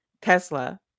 Tesla